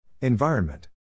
Environment